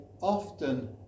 often